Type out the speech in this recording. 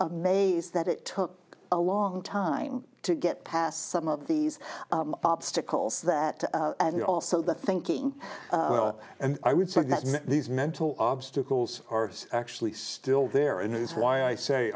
amazed that it took a long time to get past some of these obstacles that are also the thinking and i would say that these mental obstacles are actually still there and it's why i say